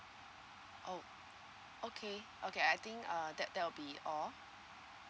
oh okay okay I think uh that that will be all